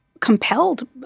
compelled